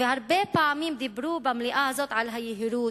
הרבה פעמים דיברו במליאה הזאת על היהירות,